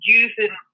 using